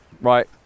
right